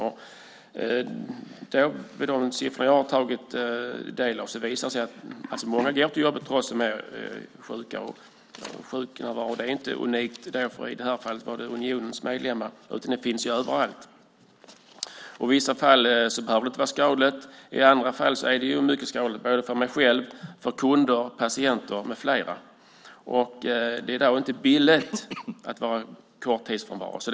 De siffror jag har tagit del av visar att många går till jobbet trots att de är sjuka. Sjuknärvaron gällde i det här fallet Unionens medlemmar, men det finns överallt. I vissa fall behöver det inte vara skadligt, i andra fall är det mycket skadligt för en själv, för kunder och patienter med flera. Det är inte billigt att vara korttidsfrånvarande.